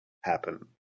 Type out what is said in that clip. happen